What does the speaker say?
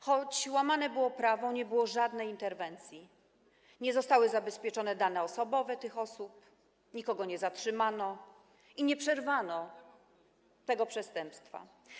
Choć łamane było prawo, nie było żadnej interwencji, nie zostały zabezpieczone dane osobowe tych osób, nikogo nie zatrzymano, nie przerwano tego przestępstwa.